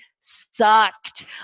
sucked